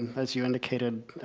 as you indicated,